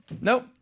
nope